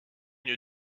une